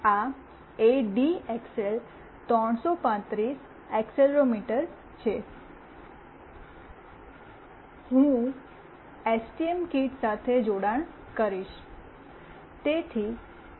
આ ADXL 335 accelerometer છે અને હું એસટીએમ કીટ સાથે જોડાણ કરીશ